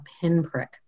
pinprick